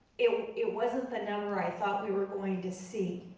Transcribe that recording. it it wasn't the number i thought we were going to see.